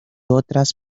otras